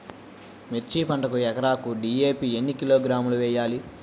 మిర్చి పంటకు ఎకరాకు డీ.ఏ.పీ ఎన్ని కిలోగ్రాములు వేయాలి?